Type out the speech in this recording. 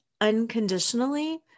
unconditionally